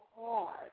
hard